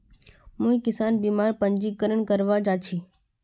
मुई किसान बीमार पंजीकरण करवा जा छि